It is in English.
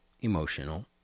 emotional